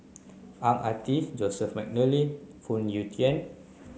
Ang Ah Tee Joseph Mcnally Phoon Yew Tien